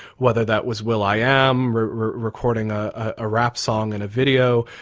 whether that was will. i. am recording a rap song and video,